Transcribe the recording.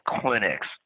clinics